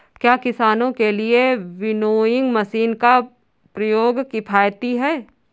क्या किसानों के लिए विनोइंग मशीन का प्रयोग किफायती है?